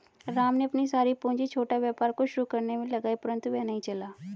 राम ने अपनी सारी पूंजी छोटा व्यापार को शुरू करने मे लगाई परन्तु वह नहीं चला